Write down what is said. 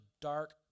dark